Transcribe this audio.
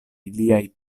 iliaj